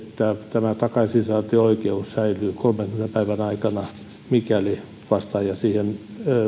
tämä takaisinsaantioikeus on kolmenkymmenen päivän ajan mikäli vastaaja siihen